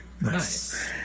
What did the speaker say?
Nice